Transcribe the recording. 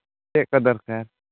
ᱪᱮᱫ ᱠᱚ ᱫᱚᱨᱠᱟᱨ